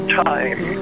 time